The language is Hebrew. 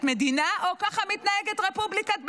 מדינה או ככה מתנהגת רפובליקת בננות?